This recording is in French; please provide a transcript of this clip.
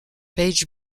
page